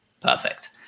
perfect